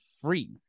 free